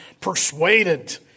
persuaded